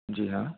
जी हाँ